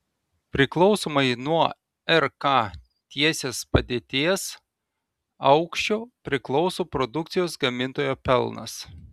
priklausomai nuo rk tiesės padėties aukščio priklauso produkcijos gamintojo pelnas